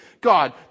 God